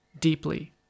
deeply